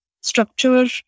structure